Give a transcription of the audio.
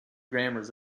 grammars